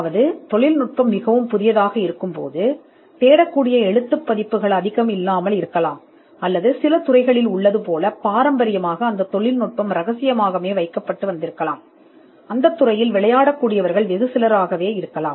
இது தொழில்நுட்பம் மிகவும் புதியதாக இருந்தால் தேட அல்லது பாரம்பரியமாக அதிக இலக்கியங்கள் இல்லை தொழில்நுட்பம் சில துறைகளில் இருப்பதைப் போல ஒரு ரகசியமாக வைக்கப்பட்டுள்ளது அல்லது களத்தில் மிகக் குறைவான வீரர்கள் உள்ளனர்